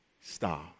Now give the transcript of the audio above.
Stop